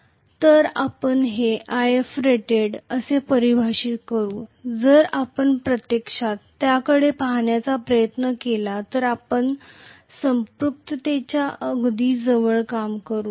तर आपण हे Ifrated कसे परिभाषित करू जर आपण प्रत्यक्षात त्याकडे पाहण्याचा प्रयत्न केला तर आपण संपृक्ततेच्या अगदी जवळ काम करू